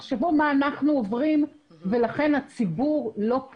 תחשבו על מה שאנחנו עוברים.